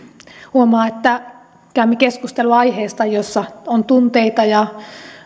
huomaa että käymme keskustelua aiheesta jossa on tunteita ja